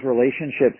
relationships